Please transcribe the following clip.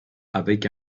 avec